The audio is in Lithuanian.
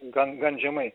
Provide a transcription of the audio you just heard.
gan gan žemai